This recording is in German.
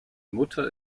mutter